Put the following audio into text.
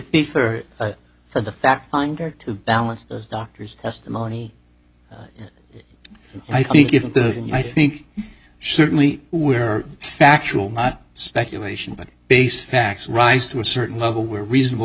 fair for the fact finder to balance those doctors testimony i think if the and i think certainly we are factual not speculation but based facts rise to a certain level where reasonable